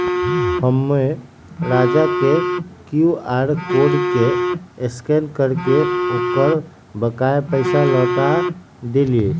हम्मे राजा के क्यू आर कोड के स्कैन करके ओकर बकाया पैसा लौटा देली